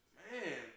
man